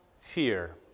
fear